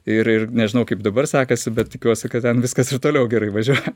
ir ir nežinau kaip dabar sekasi bet tikiuosi kad ten viskas ir toliau gerai važiuoja